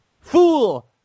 fool